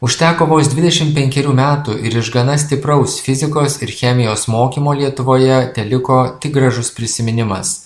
užteko vos dvidešim penkerių metų ir iš gana stipraus fizikos ir chemijos mokymo lietuvoje teliko tik gražus prisiminimas